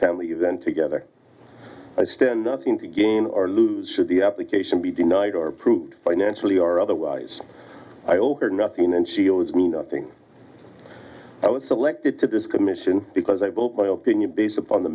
family event together i stand nothing to gain or lose should the application be denied or proved financially or otherwise i owe her nothing and she owes me nothing i was elected to this commission because i booked my opinion based upon the